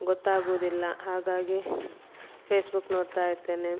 ಗೊತ್ತಾಗುವುದಿಲ್ಲ ಹಾಗಾಗಿ ಫೇಸ್ಬುಕ್ ನೋಡ್ತಾ ಇರ್ತೇನೆ